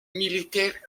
militaire